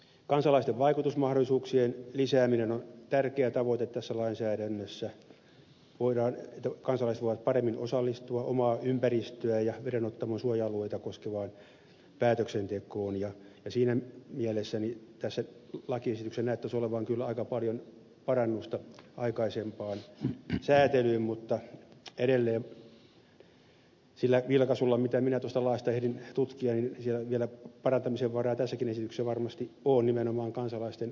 kansalaisten vaikutusmahdollisuuksien lisääminen on tärkeä tavoite tässä lainsäädännössä että kansalaiset voivat paremmin osallistua omaa ympäristöä ja vedenottamon suoja alueita koskevaan päätöksentekoon ja siinä mielessä tässä lakiesityksessä näyttäisi olevan kyllä aika paljon parannusta aikaisempaan sääntelyyn mutta edelleen sillä vilkaisulla mitä minä tuosta laista ehdin tutkia niin siellä vielä parantamisen varaa tässäkin esityksessä varmasti on nimenomaan kansalaisten oikeusturvan kannalta